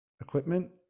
equipment